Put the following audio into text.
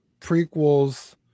Prequels